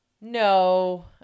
No